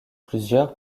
plusieurs